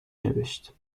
نوشت